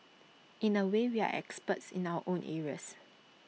in A way we are experts in our own areas